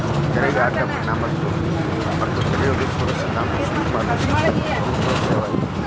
ತೆರಿಗೆಯ ಅಡ್ಡ ಪರಿಣಾಮಗಳ ಮತ್ತ ತೆರಿಗೆ ವಿಧಿಸೋದರ ಸಿದ್ಧಾಂತಗಳ ಸೂಕ್ಷ್ಮ ಅರ್ಥಶಾಸ್ತ್ರದಾಗ ಪ್ರಮುಖ ವಿಷಯವಾಗ್ಯಾದ